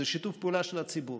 זה שיתוף פעולה של הציבור.